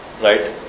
Right